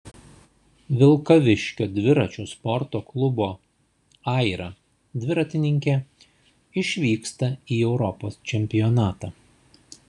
vilkaviškio dviračių sporto klubo aira dviratininkė išvyksta į europos čempionatą